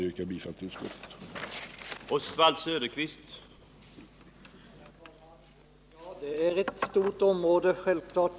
Jag yrkar bifall till utskottets hemställan.